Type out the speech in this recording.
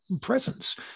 presence